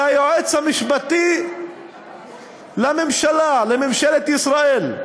זה היועץ המשפטי לממשלה, לממשלת ישראל,